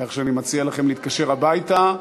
כך שאני מציע לכם להתקשר הביתה,